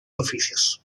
oficios